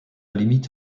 limite